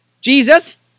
Jesus